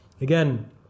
Again